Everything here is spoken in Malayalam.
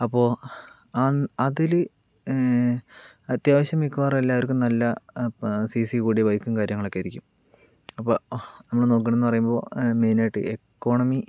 അപ്പോൾ ആ അതിൽ അത്യാവശ്യം മിക്കവാറും എല്ലാവർക്കും നല്ല സി സി കൂടിയ ബൈക്കും കാര്യങ്ങളൊക്കെ ആയിരിക്കും അപ്പോൾ അങ്ങനെ നോക്കുകയാണെന്നു പറയുമ്പോൾ മെയ്നായിട്ട് എക്കോണമി